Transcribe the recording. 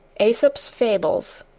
aesop's fables